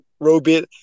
Robit